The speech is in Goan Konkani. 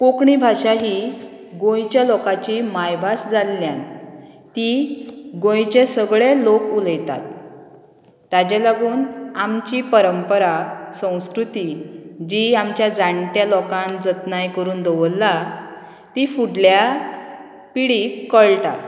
कोंकणी भाशा ही गोंयच्या लोकाची मायभास जाल्ल्यान ती गोंयचे सगळे लोक उलयतात ताचे लागून आमची परंपरा संवस्कृती जी आमच्या जाण्ट्या लोकान जतनाय करून दवरला ती फुडल्या पिडीक कळटा